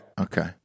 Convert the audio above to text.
Okay